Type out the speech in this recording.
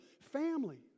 Family